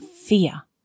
fear